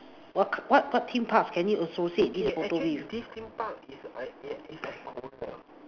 what k~ what what theme parks can you associate this photo with